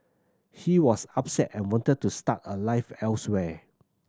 he was upset and wanted to start a life elsewhere